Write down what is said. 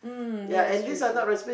mm yes true true